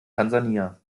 tansania